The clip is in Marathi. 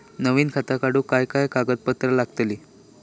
नवीन खाता काढूक काय काय कागदपत्रा लागतली?